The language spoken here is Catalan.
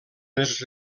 les